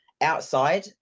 outside